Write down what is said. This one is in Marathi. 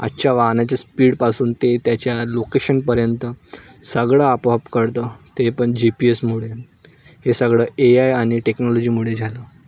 आजच्या वाहनाच्या स्पीडपासून ते त्याच्या लोकेशनपर्यंत सगळं आपोआप कळतं ते पण जी पी एसमुळे हे सगळं ए आय आणि टेक्नॉलॉजीमुळे झालं